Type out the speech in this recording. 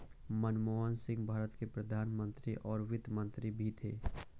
मनमोहन सिंह भारत के प्रधान मंत्री और वित्त मंत्री भी थे